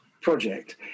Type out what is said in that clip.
project